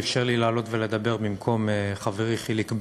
שאפשר לי לעלות ולדבר במקום חברי חיליק בר,